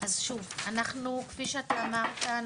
כפי שאתה אמרת,